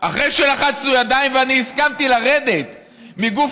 אחרי שלחצנו ידיים ואני הסכמתי לרדת מגוף